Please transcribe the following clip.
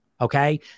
okay